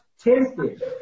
tempted